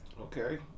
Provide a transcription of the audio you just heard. Okay